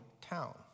town